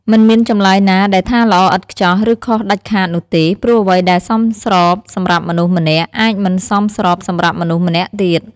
មិនមានចម្លើយណាដែលថាល្អឥតខ្ចោះ ឬខុសដាច់ខាតនោះទេ ព្រោះអ្វីដែលសមស្របសម្រាប់មនុស្សម្នាក់ អាចមិនសមស្របសម្រាប់មនុស្សម្នាក់ទៀត។